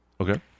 Okay